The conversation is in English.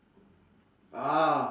ah